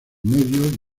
medio